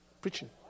Preaching